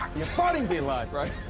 your fighting be like right?